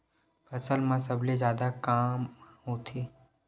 फसल मा सबले जादा कामा होथे?